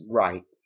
right